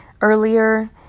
earlier